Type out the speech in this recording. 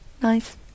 Nice